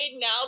now